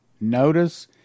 Notice